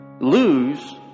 lose